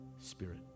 Spirit